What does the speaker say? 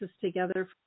together